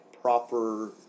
proper